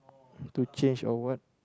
to change or what